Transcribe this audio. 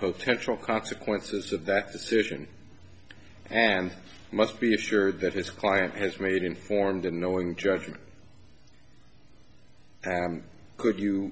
potential consequences of that decision and must be assured that his client has made informed and knowing judgment could you